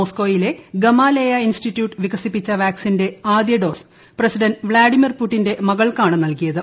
മോസ്കോയിലെ Gamaleya institute വികസിപ്പിച്ച വാക്സിന്റെ ആദ്യ ഡോസ് പ്രസിഡന്റ് വ്ളാഡിമിർ പുടിന്റെ മകൾക്കാണ് നൽകിയത്